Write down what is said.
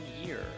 year